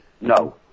No